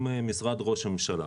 עם משרד ראש הממשלה,